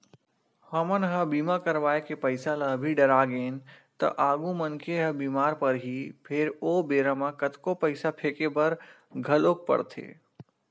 हमन ह बीमा करवाय के पईसा ल अभी डरागेन त आगु मनखे ह बीमार परही फेर ओ बेरा म कतको पईसा फेके बर घलोक परथे